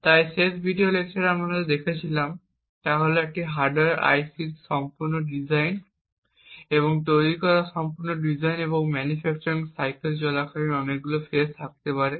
তাই শেষ ভিডিও লেকচারে আমরা যা দেখেছিলাম তা হল একটি হার্ডওয়্যার আইসি এর সম্পূর্ণ ডিজাইন এবং তৈরির সময় সম্পূর্ণ ডিজাইন এবং ম্যানুফ্যাকচার সাইকেল চলাকালীন অনেকগুলো ফেজ থাকতে পারে